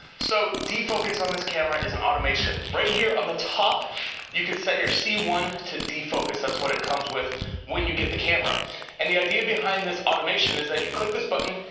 so defocus on this camera is an automation. right here on the top you can set your c one to defocus, that's what it comes with when you get the camera and the idea behind this automation is that you click this button,